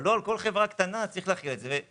אבל לא על כל חברה קטנה צריך להחיל את זה.